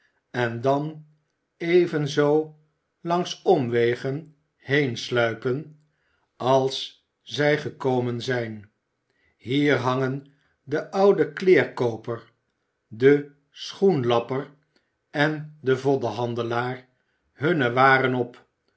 en dan evenzoo langs omwegen heensluipen als zij gekomen zijn hier hangen de oude kleerkooper de schoenlapper en de voddenhandelaar hunne waren op